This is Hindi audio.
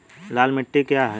लाल मिट्टी क्या है?